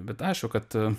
bet aišku kad